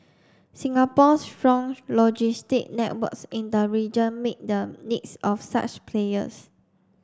Singapore's strong logistic networks in the region meet the needs of such players